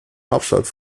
hauptstadt